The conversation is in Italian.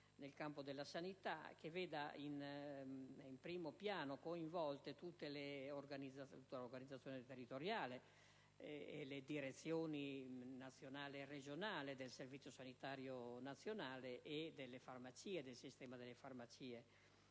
nel campo della sanità, che veda in primo piano coinvolti l'organizzazione territoriale, le direzioni nazionale e regionale del Servizio sanitario e il sistema delle farmacie.